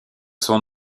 son